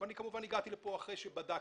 אבל הגעתי לפה כמובן אחרי שבדקתי.